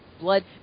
blood